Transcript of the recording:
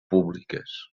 públiques